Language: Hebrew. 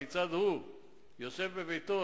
כיצד הוא יושב בביתו,